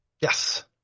Yes